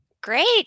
Great